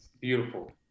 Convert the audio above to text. Beautiful